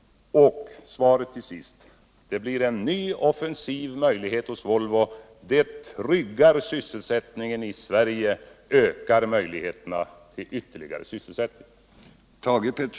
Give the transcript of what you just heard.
Mitt svar till Thage Peterson blir att detta avtal för med sig en offensiv möjlighet för Volvo, som både tryggar sysselsättningen vid företaget i Sverige och ger ökade sysselsättningsmöjligheter.